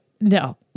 No